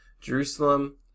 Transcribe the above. Jerusalem